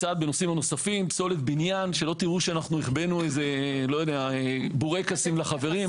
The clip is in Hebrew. פסולת בניין, שלא תראו שהחבאנו בורקסים לחברים.